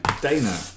Dana